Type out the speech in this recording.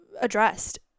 addressed